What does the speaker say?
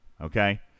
okay